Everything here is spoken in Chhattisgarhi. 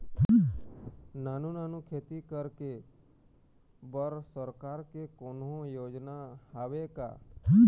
नानू नानू खेती करे बर सरकार के कोन्हो योजना हावे का?